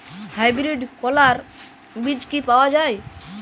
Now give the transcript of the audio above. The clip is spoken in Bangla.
হাইব্রিড করলার বীজ কি পাওয়া যায়?